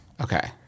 Okay